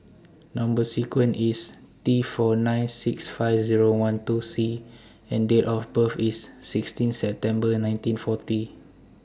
Number sequence IS T four nine six five Zero one two C and Date of birth IS sixteen September nineteen forty